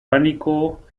pánico